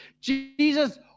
Jesus